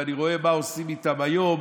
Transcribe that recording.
ואני רואה מה עושים איתם היום.